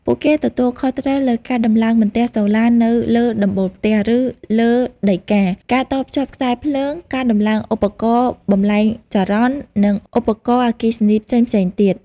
ពួកគេទទួលខុសត្រូវលើការដំឡើងបន្ទះសូឡានៅលើដំបូលផ្ទះ ឬលើដីការ ការតភ្ជាប់ខ្សែភ្លើង ការដំឡើងឧបករណ៍បំប្លែងចរន្ត និងឧបករណ៍អគ្គិសនីផ្សេងៗទៀត។